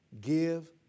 give